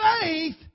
faith